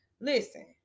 Listen